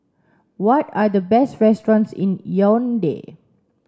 what are the best restaurants in Yaounde